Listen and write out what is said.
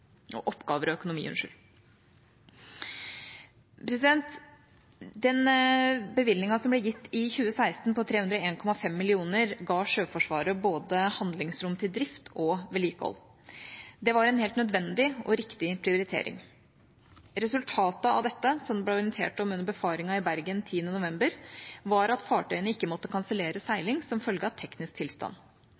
Den bevilgningen som ble gitt i 2016, på 301,5 mill. kr, ga Sjøforsvaret handlingsrom med hensyn til både drift og vedlikehold. Det var en helt nødvendig og riktig prioritering. Resultatet av dette, som det ble orientert om under befaringen i Bergen 10. november, var at fartøyene ikke måtte kansellere seiling som følge av teknisk tilstand.